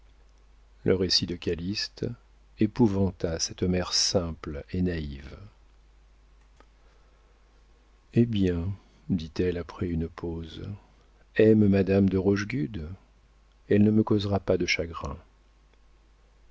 le récit de calyste épouvanta cette mère simple et naïve hé bien dit-elle après une pause aime madame de rochegude elle ne me causera pas de chagrin